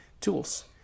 tools